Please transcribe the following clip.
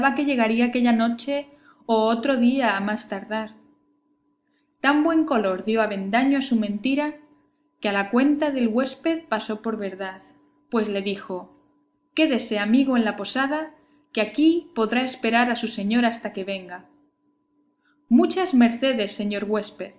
que llegaría aquella noche o otro día a más tardar tan buen color dio avendaño a su mentira que a la cuenta del huésped pasó por verdad pues le dijo quédese amigo en la posada que aquí podrá esperar a su señor hasta que venga muchas mercedes señor huésped